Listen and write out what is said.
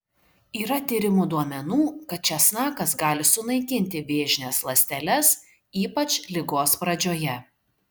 yra tyrimų duomenų kad česnakas gali sunaikinti vėžines ląsteles ypač ligos pradžioje